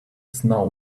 snow